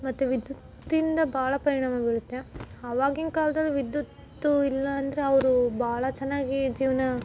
ಮತ್ತು ವಿದ್ಯುತ್ತಿಂದ ಭಾಳ ಪರಿಣಾಮ ಬೀಳುತ್ತೆ ಆವಾಗಿನ ಕಾಲ್ದಲ್ಲಿ ವಿದ್ಯುತ್ತು ಇಲ್ಲ ಅಂದರೆ ಅವರು ಭಾಳ ಚೆನ್ನಾಗಿ ಜೀವನ